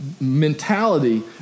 mentality